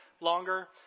longer